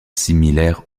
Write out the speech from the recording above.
similaire